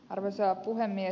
arvoisa puhemies